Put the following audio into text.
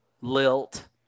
lilt